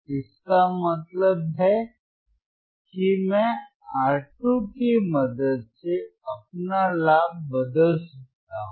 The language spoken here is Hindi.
इसका मतलब है कि मैं R2 की मदद से अपना लाभ बदल सकता हूं